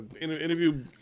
interview